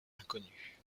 inconnu